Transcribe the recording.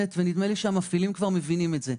נדמה לי שהמפעילים כבר מבינים את זה,